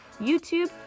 YouTube